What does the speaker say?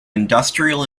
industrial